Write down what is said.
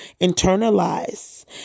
internalize